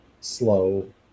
slow